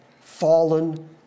fallen